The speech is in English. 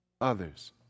others